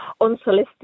unsolicited